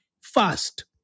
fast